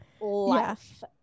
life